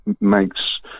makes